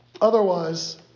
Otherwise